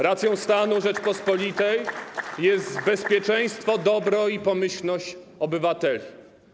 Racją stanu Rzeczypospolitej jest bezpieczeństwo, dobro i pomyślność obywateli.